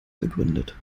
begründet